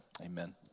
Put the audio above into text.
Amen